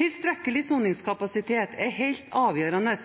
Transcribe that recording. Tilstrekkelig soningskapasitet er helt avgjørende